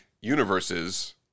universes